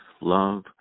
love